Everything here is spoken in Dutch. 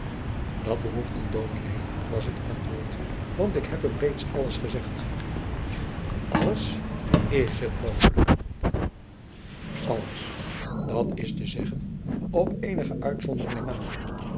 dat behoeft niet dominé was het antwoord want ik heb hem reeds alles gezegd alles is het mogelijk alles dat is te zeggen op eenige uitzonderingen na